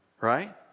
right